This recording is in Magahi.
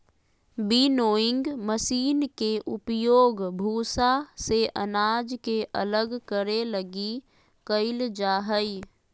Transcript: विनोइंग मशीन के उपयोग भूसा से अनाज के अलग करे लगी कईल जा हइ